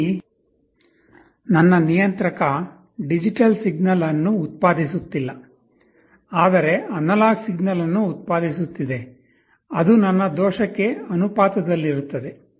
ಇಲ್ಲಿ ನನ್ನ ನಿಯಂತ್ರಕ ಡಿಜಿಟಲ್ ಸಿಗ್ನಲ್ ಅನ್ನು ಉತ್ಪಾದಿಸುತ್ತಿಲ್ಲ ಆದರೆ ಅನಲಾಗ್ ಸಿಗ್ನಲ್ ಅನ್ನು ಉತ್ಪಾದಿಸುತ್ತಿದೆ ಅದು ನನ್ನ ದೋಷಕ್ಕೆ ಅನುಪಾತದಲ್ಲಿರುತ್ತದೆ